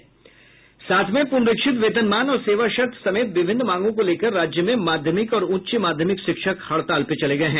सातवें पुनरीक्षित वेतनमान और सेवा शर्त समेत विभिन्न मांगों को लेकर राज्य में माध्यमिक और उच्च माध्यमिक शिक्षक हड़ताल पर चले गये हैं